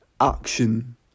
action